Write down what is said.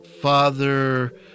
Father